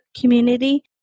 community